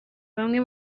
bamwe